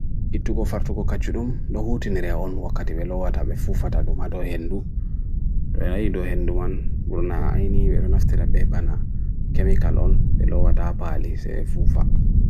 Itu gofartu gofartu kachudum, lohutin nere on wakati velawata mefufa tadum adohendu. Rela idohendu wan, gurna aini velunas terabepa na chemical on velawata apali sefufa.